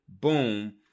Boom